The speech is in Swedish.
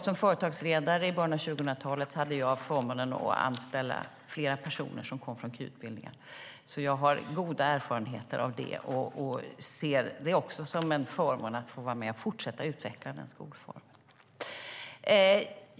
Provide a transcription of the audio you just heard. Som företagsledare i början av 2000-talet hade jag förmånen att anställa flera personer som kom från KY-utbildningen. Jag har goda erfarenheter av det och ser det som en förmån att få vara med och fortsätta att utveckla den skolformen.